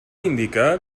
indicar